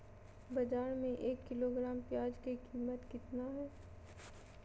बाजार में एक किलोग्राम प्याज के कीमत कितना हाय?